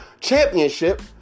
championship